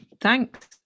thanks